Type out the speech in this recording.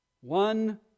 One